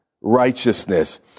righteousness